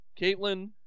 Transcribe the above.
caitlin